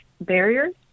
barriers